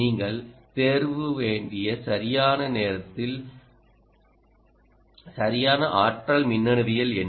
நீங்கள் தேர்வு வேண்டிய சரியான ஆற்றல் மின்னணுவியல் என்ன